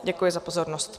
Děkuji za pozornost.